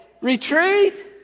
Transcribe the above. retreat